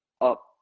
up